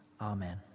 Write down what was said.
Amen